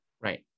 right